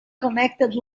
connected